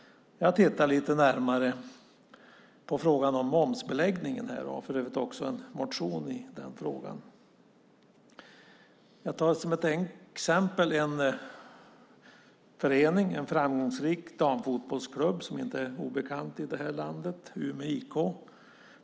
Jag har tittat lite närmare på frågan om momsbeläggningen och har för övrigt också en motion i den frågan. Jag tar som ett exempel en förening, en framgångsrik damfotbollsklubb som inte är obekant i det här landet, Umeå IK.